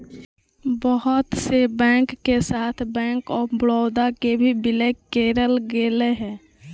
बहुत से बैंक के साथ बैंक आफ बडौदा के भी विलय करेल गेलय हें